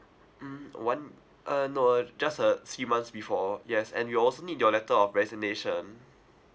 mm one uh no uh just uh three months before yes and we also need your letter of resignation